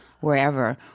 wherever